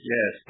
Yes